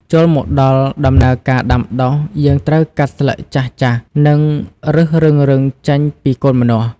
ចូលមកដល់ដំណើរការដាំដុះយើងត្រូវកាត់ស្លឹកចាស់ៗ និងឫសរឹងៗចេញពីកូនម្នាស់។